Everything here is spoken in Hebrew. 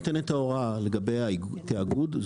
מי שנותן את ההוראה לגבי התיאגוד,